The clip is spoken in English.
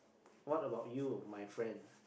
what about you my friend